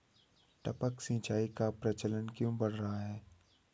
टपक सिंचाई का प्रचलन क्यों बढ़ रहा है?